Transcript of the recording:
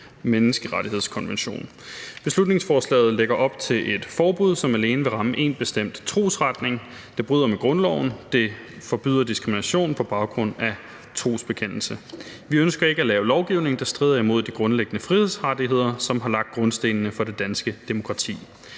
Menneskerettighedskonvention. Beslutningsforslaget lægger op til et forbud, som alene vil ramme én bestemt trosretning. Det bryder med grundloven, der forbyder diskrimination på baggrund af trosbekendelse. Vi ønsker ikke at lave lovgivning, der strider imod de grundlæggende frihedsrettigheder, som har lagt grundstenene for det danske demokrati.